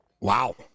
Wow